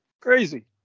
Crazy